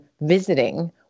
visiting